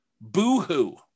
Boo-hoo